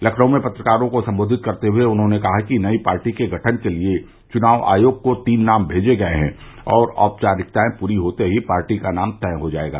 लखनऊ में पत्रकारों को संबोधित करते हुए उन्होंने कहा कि नई पार्टी के गठन के लिए चुनाव आयोग को तीन नाम भेजे गये हैं और औपचारिकतायें पूरी होते ही पार्टी का नाम तय हो जायेगा